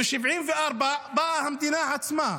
ב-1974 באה המדינה עצמה,